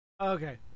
Okay